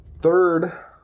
Third